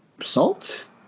Salt